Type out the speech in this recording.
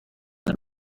that